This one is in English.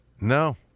no